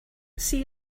see